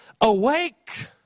awake